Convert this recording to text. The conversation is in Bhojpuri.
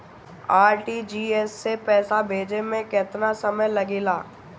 आर.टी.जी.एस से पैसा भेजे में केतना समय लगे ला?